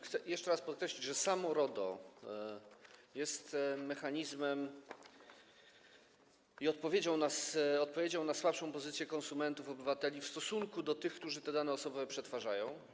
Chcę jeszcze raz podkreślić, że samo RODO jest mechanizmem, który stanowi odpowiedź na słabszą pozycję konsumentów, obywateli w stosunku do tych, którzy te dane osobowe przetwarzają.